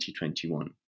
2021